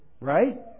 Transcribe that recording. right